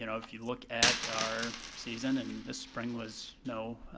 you know if you look at our season, and this spring was no